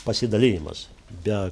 pasidalijimas be